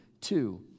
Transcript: two